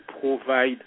provide